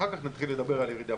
ואחר כך נתחיל לדבר על ירידה.